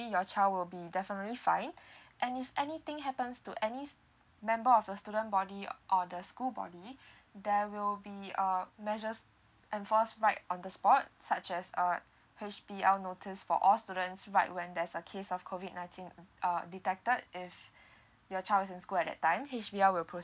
your child will be definitely fine and if anything happens to any member of the student body or the school body there will be uh measures enforce right on the spot such as uh H_B_L notice for all students right when there's a case of COVID nineteen err detected if your child is in school at that time H_B_L will